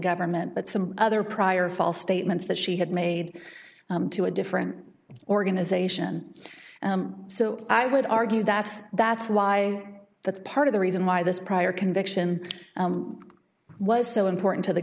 government but some other prior false statements that she had made to a different organization so i would argue that's that's why that's part of the reason why this prior conviction was so important to the